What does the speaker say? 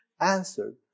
answered